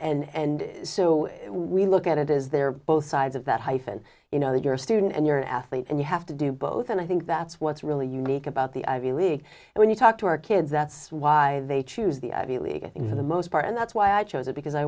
admitted and so we look at it is there both sides of that hyphen you know you're a student and you're an athlete and you have to do both and i think that's what's really unique about the ivy league when you talk to our kids that's why they choose the ivy league in the most part and that's why i chose it because i